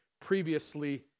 previously